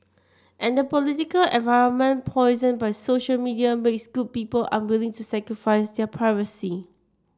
and the political environment poisoned by social media makes good people unwilling to sacrifice their privacy